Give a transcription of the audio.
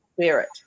spirit